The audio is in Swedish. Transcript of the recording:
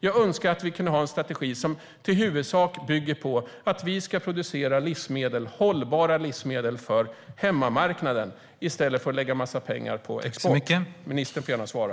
Jag önskar att vi kunde ha en strategi som i huvudsak bygger på att vi ska producera hållbara livsmedel för hemmamarknaden i stället för att lägga en massa pengar på export. Ministern får gärna svara.